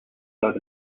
though